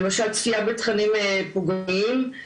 למשל צפייה בתכנים פוגעניים, אלימות,